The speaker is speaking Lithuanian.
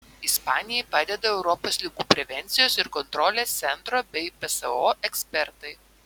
ispanijai padeda europos ligų prevencijos ir kontrolės centro bei pso ekspertai